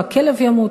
או הכלב ימות,